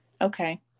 okay